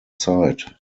zeit